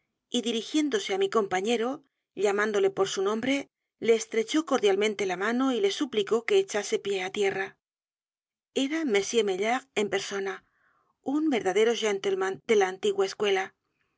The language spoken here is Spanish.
y dirigiéndose á mi compañero llamándole por su nombre le estrechó cordialmente la mano y le suplicó que echase pie a tierra e r a m maillard en el doctor brea t el profesor pluma persona un verdadero gentleman d é l a antigua escuela